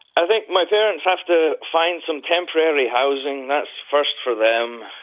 i think my parents have to find some temporary housing. that's first for them.